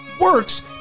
works